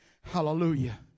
Hallelujah